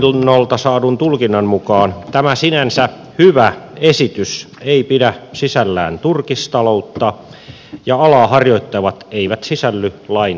verohallinnolta saadun tulkinnan mukaan tämä sinänsä hyvä esitys ei pidä sisällään turkistaloutta ja alaa harjoittavat eivät sisälly lain soveltamisalaan